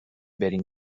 بریم